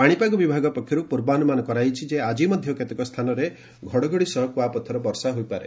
ପାଣିପାଗ ବିଭାଗ ପକ୍ଷରୁ ପୂର୍ବାନୁମାନ କରାଯାଇଛି ଯେ ଆଜି ମଧ୍ୟ କେତେକ ସ୍ଥାନରେ ଘଡ଼ଘଡ଼ି ସହ କୁଆପଥର ବର୍ଷା ହୋଇପାରେ